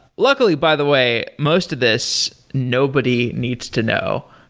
luckily, by the way, most of this nobody needs to know.